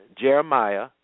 Jeremiah